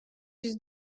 yüz